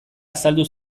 azaldu